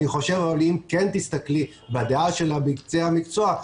אבל אם כן תסתכלי על הדעה של אנשי המקצוע,